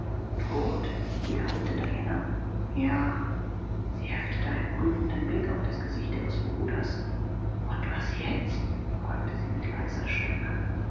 tot wiederholte diana ja sie heftete einen prüfenden blick auf das gesicht ihres bruders und was jetzt fragte sie mit leiser stimme